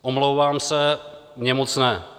Omlouvám se, mně moc ne.